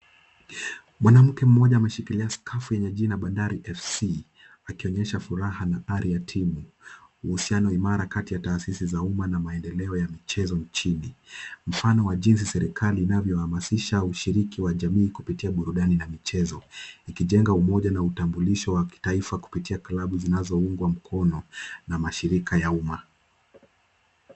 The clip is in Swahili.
Mwanamke mmoja ameshikilia skafu yenye jina Bandari FC akionyesha furaha na ari ya timu. Uhusiano imara kati ya taasisi za umma na maendeleo ya michezo nchini. Mfano wa jinsi serikali inavyo hamasisha ushiriki wa jamii kupitia burudani na michezo. Ikijenga umoja na utambulisho wa kitaifa kupitia klabu zinazoungwa mkono na mashirika ya umma.